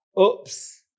oops